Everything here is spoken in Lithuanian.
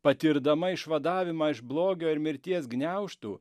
patirdama išvadavimą iš blogio ir mirties gniaužtų